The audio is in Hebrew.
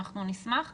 אנחנו נשמח,